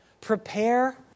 Prepare